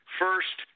first